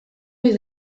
ohi